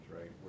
right